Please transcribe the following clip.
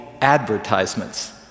advertisements